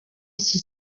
iki